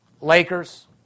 Lakers